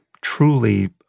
truly